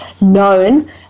known